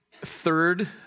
third